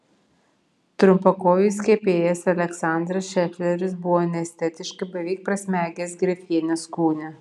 trumpakojis kepėjas aleksandras šefleris buvo neestetiškai beveik prasmegęs grefienės kūne